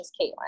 Caitlin